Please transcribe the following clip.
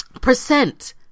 percent